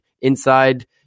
Inside